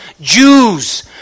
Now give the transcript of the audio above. Jews